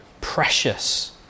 precious